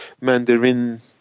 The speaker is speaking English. mandarin